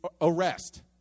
arrest